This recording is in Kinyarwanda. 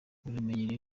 uramenye